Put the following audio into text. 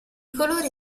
colori